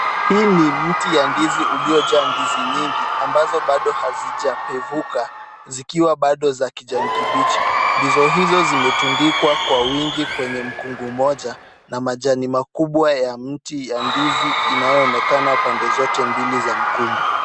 Hii ni mti ya ndizi uliyojaa ndizi mingi ambazo bado hazijapevuka, zikiwa bado za kijani kibichi. Ndizi hizo zimetundikwa kwa wingi kwenye mkungu mmoja na majani makubwa ya mti ya ndizi inayoonekana pande zote mbili za mkungu.